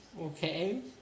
okay